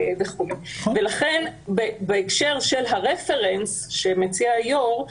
לכן בהקשר של הרפרנס שמציע היושב-ראש,